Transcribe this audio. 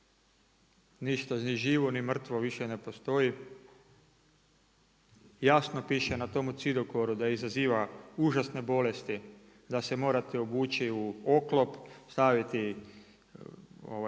ništa ni živo ni mrtvo više ne postoji, jasno piše na tome cidokoru, da izaziva užasne bolesti, da se morate obući u oklop, staviti